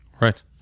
Right